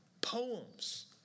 poems